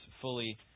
Fully